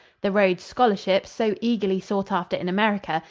the rhodes scholarship, so eagerly sought after in america,